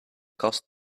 kast